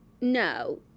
no